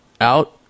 out